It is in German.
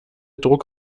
druck